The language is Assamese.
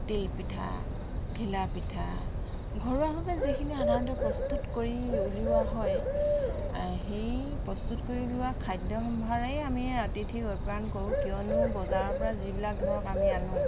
তিলপিঠা ঘিলাপিঠা ঘৰুৱাভাৱে যিখিনি সাধাৰণতে প্ৰস্তুত কৰি উলিওৱা হয় সেই প্ৰস্তুত কৰি উলিওৱা খাদ্য সম্ভাৰেই আমি অতিথিক আপ্যায়ন কৰোঁ কিয়নো বজাৰৰ পৰা যিবিলাক ধৰক আমি আনো